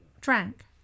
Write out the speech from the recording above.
drank